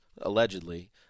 allegedly